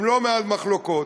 עם לא מעט מחלוקות,